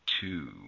two